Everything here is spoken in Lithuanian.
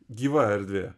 gyva erdvė